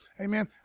Amen